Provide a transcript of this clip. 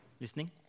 listening